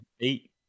Eight